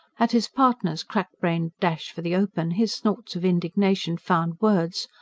at his partner's crack-brained dash for the open, his snorts of indignation found words.